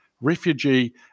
refugee